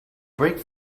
brake